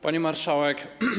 Pani Marszałek!